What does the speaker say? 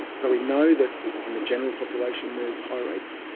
so we know that in the general population there's high rates,